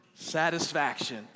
Satisfaction